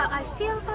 i feel